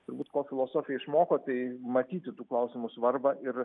turbūt ko filosofija išmoko tai matyti tų klausimų svarbą ir